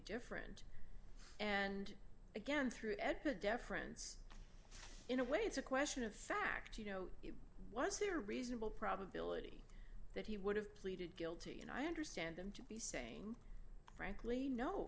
different and again threw at the deference in a way it's a question of fact you know it was here reasonable probability that he would have pleaded guilty and i understand them to be saying frankly no